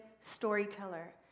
storyteller